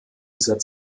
dieser